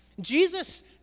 Jesus